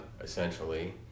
essentially